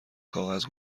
کاغذ